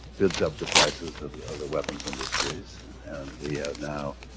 bids up the prices of the weapons industries and we have now